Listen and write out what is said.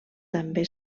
també